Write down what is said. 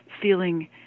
feeling